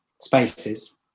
spaces